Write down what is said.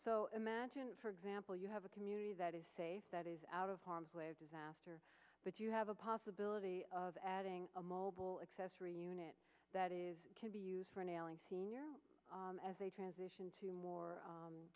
so imagine for example you have a community that is safe that is out of harm's way a disaster but you have a possibility of adding a mobile accessory unit that is can be used for an ailing as they transition to more